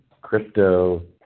crypto